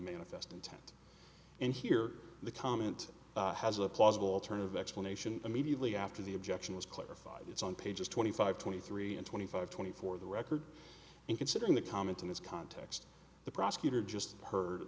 manifest intent and here the comment has a plausible alternative explanation immediately after the objection was clarified it's on pages twenty five twenty three and twenty five twenty four the record in considering the comment in its context the prosecutor just heard